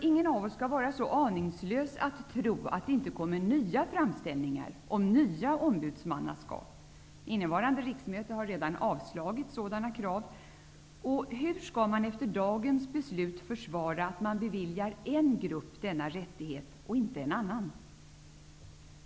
Ingen av oss kan vara så aningslös att tro att det inte kommer nya framställningar om nya ombudsmannaskap. Under innevarande riksmöte har sådana krav redan avslagits. Hur skall man efter morgondagens beslut försvara att man beviljar en grupp och inte en annan denna rättighet?